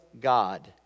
God